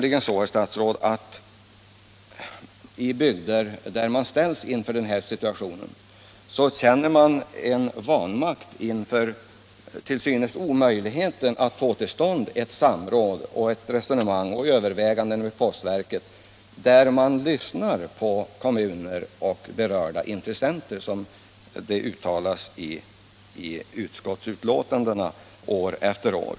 I bygder där man ställs inför den här situationen känner man nämligen, herr statsråd, en vanmakt inför det till synes omöjliga i att få till stånd samråd, resonemang och överläggningar där postverket beaktar synpunkter från kommuner och berörda intressenter, vilket utskottet har uttalat sig för år efter år.